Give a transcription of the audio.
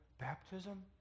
baptism